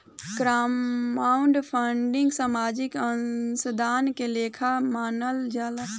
crowdfunding सामाजिक अंशदान के लेखा मानल जाला